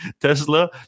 Tesla